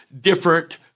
different